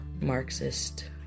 Marxist